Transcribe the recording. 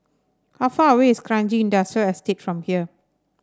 how far away is Kranji Industrial Estate from here